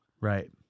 Right